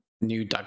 New